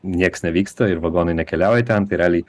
nieks nevyksta ir vagonai nekeliauja ten tai realiai